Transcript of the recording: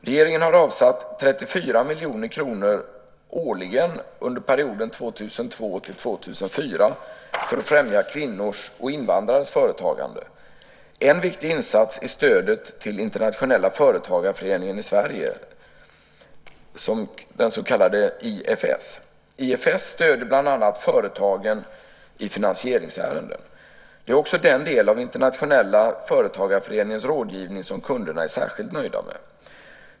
Regeringen har avsatt 34 miljoner kronor årligen under perioden 2002-2004 för att främja kvinnors och invandrares företagande. En viktig insats är stödet till Internationella företagarföreningen i Sverige, IFS. IFS stöder bland annat företagen i finansieringsärenden. Det är också den del av Internationella företagarföreningens rådgivning som kunderna är särskilt nöjda med.